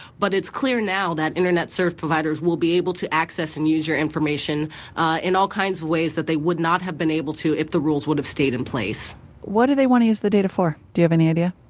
but it's clear now that internet service providers will be able to access and use your information in all kinds of ways that they would not have been able to if the rules would have stayed in place what do they want to use the data for? do you have any idea?